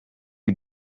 you